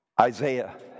Isaiah